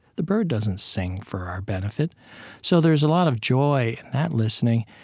the bird doesn't sing for our benefit so there's a lot of joy in that listening,